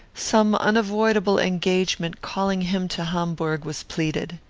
some unavoidable engagement calling him to hamburg was pleaded.